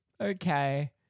Okay